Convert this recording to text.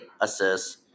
assists